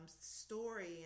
story